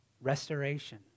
restoration